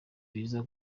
biza